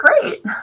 great